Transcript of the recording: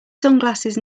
sunglasses